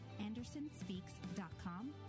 andersonspeaks.com